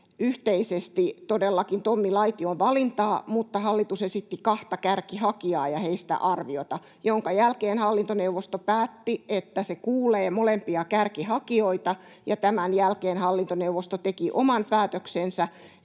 yhteisesti todellakin Tommi Laition valintaa, mutta hallitus esitti kahta kärkihakijaa ja heistä arviota, minkä jälkeen hallintoneuvosto päätti, että se kuulee molempia kärkihakijoita, ja tämän jälkeen hallintoneuvosto teki oman päätöksensä.